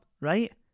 right